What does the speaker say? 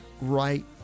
right